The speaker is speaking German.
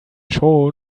schon